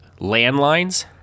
landlines